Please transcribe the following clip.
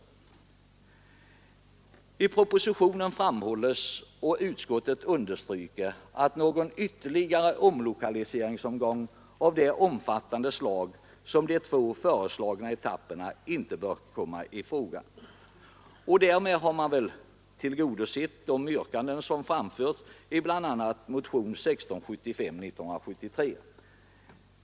I propositionen framkom, vilket utskottet understryker, att någon ytterligare omlokaliseringsomgång av det omfattande slag som är fallet med de två föreslagna etapperna inte bör komma i fråga. Därmed har man förmodligen tillgodosett de yrkanden som framförts i bl.a. motion 1973:1675.